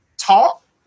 Talk